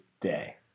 day